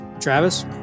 Travis